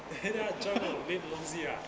!hey! 他要 join 我的 main 的东西 lah